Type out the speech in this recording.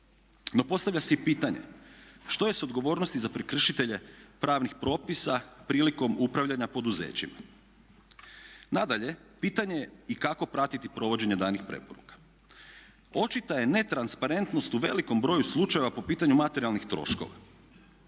No, postavlja se i pitanje što je s odgovornosti za prekršitelje pravnih propisa prilikom upravljanja poduzećima. Nadalje, pitanje je i kako pratiti provođenje danih preporuka. Očita je netransparentnost u velikom broju slučajeva po pitanju materijalnih troškova,